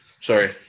Sorry